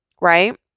Right